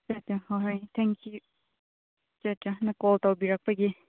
ꯑꯆꯥ ꯑꯆꯥ ꯍꯣꯏ ꯍꯣꯏ ꯊꯦꯡꯛ ꯌꯨ ꯑꯆꯥ ꯑꯆꯥ ꯅꯪ ꯀꯣꯜ ꯇꯧꯕꯤꯔꯛꯄꯒꯤ